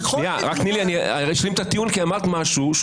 תני להשלים את הטיעון כי אמרת משהו שהוא